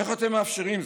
איך אתם מאפשרים זאת?